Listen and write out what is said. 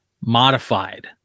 modified